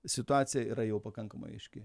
situacija yra jau pakankamai aiški